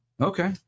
Okay